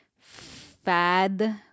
fad